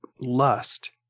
lust